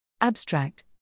Abstract